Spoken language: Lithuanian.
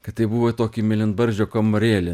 kad tai buvo į tokį mėlynbarzdžio kambarėlį